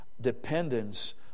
Dependence